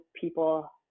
people